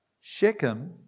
Shechem